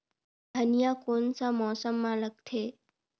धनिया कोन सा मौसम मां लगथे?